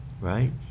Right